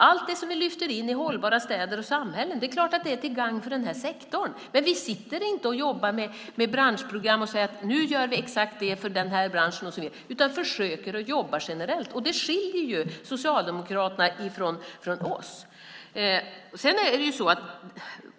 Allt det som vi lyfter in i hållbara städer och samhällen är klart till gagn för den här sektorn. Men vi jobbar inte med branschprogram och säger att nu gör vi exakt det här för den branschen och så vidare, utan vi försöker att jobba generellt. Det skiljer Socialdemokraterna från oss.